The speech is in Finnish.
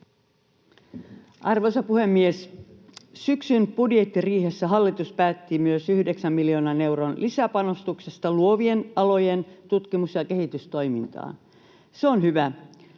Arvoisa puhemies! Syksyn budjettiriihessä hallitus päätti myös yhdeksän miljoonan euron lisäpanostuksesta luovien alojen tutkimus- ja kehitystoimintaan. Se on hyvä,